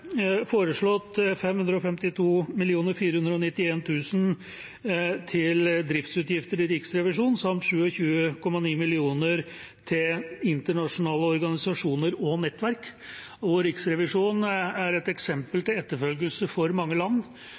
foreslått 552 491 000 kr til driftsutgifter til Riksrevisjonen samt 27 900 000 kr til internasjonale organisasjoner og nettverk. Riksrevisjonen er et eksempel til etterfølgelse for mange land.